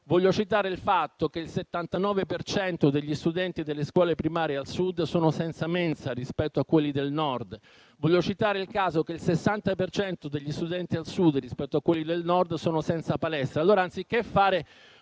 Voglio citare il fatto che il 79 per cento degli studenti delle scuole primarie al Sud è senza mensa rispetto a quelli del Nord. Voglio citare il dato che il 60 per cento degli studenti al Sud rispetto a quelli del Nord è senza palestra.